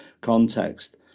context